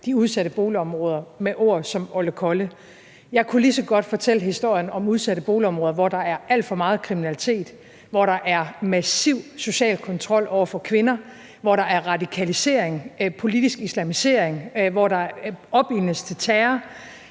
de udsatte boligområder med ord som oldekolle. Jeg kunne lige så godt fortælle historien om udsatte boligområder, hvor der er alt for meget kriminalitet, hvor der er massiv social kontrol over for kvinder, hvor der er radikalisering og politisk islamisering, hvor der opildnes til terror,